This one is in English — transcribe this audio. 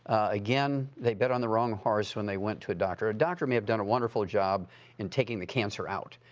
again, they bet on the wrong horse when they went to a doctor. a doctor may have done a wonderful job in taking the cancer out.